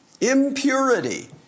impurity